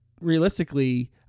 realistically